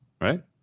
Right